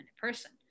person